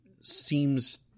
seems